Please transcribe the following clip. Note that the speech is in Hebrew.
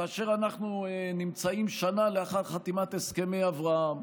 כאשר אנחנו נמצאים שנה לאחר חתימת הסכמי אברהם,